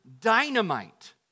dynamite